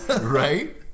Right